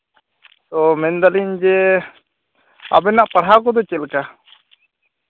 ᱛᱚ ᱢᱮᱱᱫᱟᱞᱤᱧ ᱡᱮ ᱟᱵᱮᱱᱟᱜ ᱯᱟᱲᱦᱟᱣ ᱠᱚᱫᱚ ᱪᱮᱫᱞᱮᱠᱟ